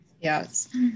Yes